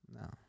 No